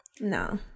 no